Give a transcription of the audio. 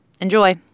Enjoy